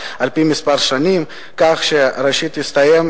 כך שראשית תסתיים